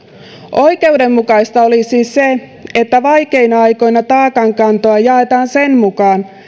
oikeudenmukaista olisi se että vaikeina aikoina taakankantoa jaetaan sen mukaan